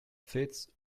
fits